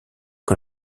que